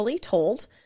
told